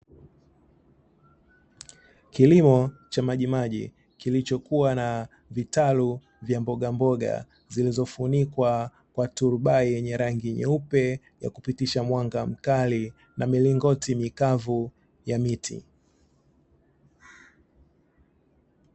Kilimo cha majimaji kilichokuwa na vitalu vya mbogamboga, zilizofunikwa kwa turubai yenye rangi nyeupe ya kupitisha mwanga mkali na milingoti mikavu ya miti.